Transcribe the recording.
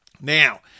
Now